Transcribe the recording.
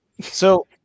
So-